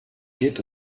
geht